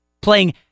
playing